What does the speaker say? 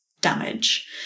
damage